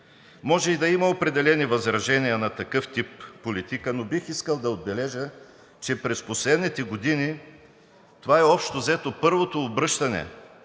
Може и да има определени възражения на такъв тип политика, но бих искал да отбележа, че през последните години това е общо-взето първото обръщане